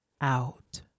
Out